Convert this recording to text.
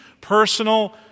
personal